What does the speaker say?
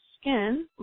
skin